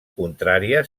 contrària